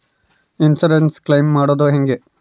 Insurance claim ಮಾಡದು ಹೆಂಗೆ?